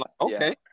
okay